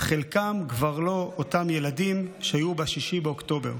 חלקם כבר לא אותם ילדים שהיו ב-6 באוקטובר.